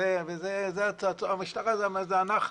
והמשטרה זה אנחנו,